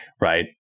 right